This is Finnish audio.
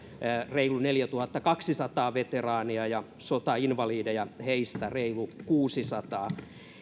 reilu neljätuhattakaksisataa veteraania ja sotainvalideja heistä reilu kuusisataa